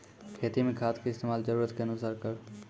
खेती मे खाद के इस्तेमाल जरूरत के अनुसार करऽ